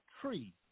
tree